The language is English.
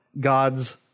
God's